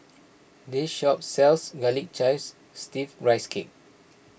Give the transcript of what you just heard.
this shop sells Garlic Chives Steamed Rice Cake